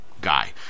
guy